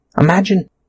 Imagine